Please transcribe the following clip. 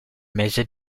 mese